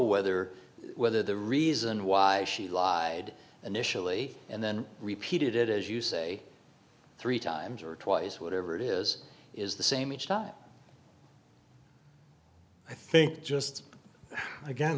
whether whether the reason why she lied initially and then repeated it as you say three times or twice whatever it is is the same each time i think just again